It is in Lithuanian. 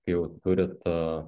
kai jau turit